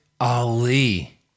Ali